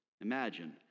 Imagine